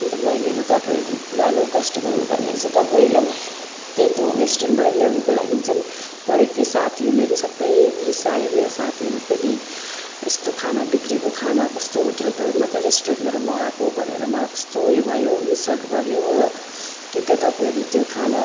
अनि त मैले त तपाईँहरूको पुरानो कस्टमर हो भनेर चाहिँ तपाईँहरूलाई त्यहीँ द् रेस्टुरेन्टबाटै ल्याउनुको लागि चाहिँ गरेको थिएँ साथीहरूले सबै रिसायो मेरो साथीहरू पनि यस्तो खाना बिग्रेको खाना कस्तो होटेलबाट म त रेस्टुरेन्टबाट मगाएको भनेर मलाई कस्तो ऊ यो भयो इन्सल्ट गऱ्यो हो कि त तपाईँहरू त्यो खाना